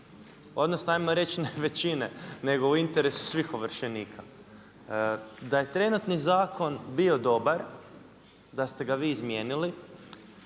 Odnosno, ajmo reći većine, nego u interesu svih ovršenika. Da je trenutni zakon bio dobar, da ste ga vi izmijenili,